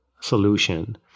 solution